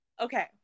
okay